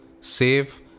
save